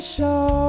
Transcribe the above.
Show